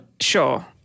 Sure